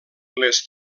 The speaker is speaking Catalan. les